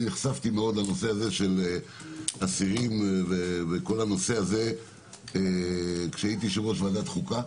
אני נחשפתי מאוד לנושא הזה של אסירים כשהייתי יושב-ראש ועדת חוקה.